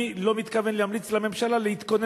אני לא מתכוון להמליץ לממשלה להתכונן